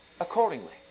accordingly